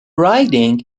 riding